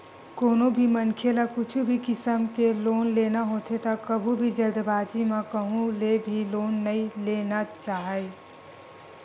कोनो भी मनखे ल कुछु भी किसम के लोन लेना होथे त कभू भी जल्दीबाजी म कहूँ ले भी लोन नइ ले लेना चाही